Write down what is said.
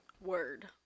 word